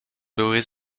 były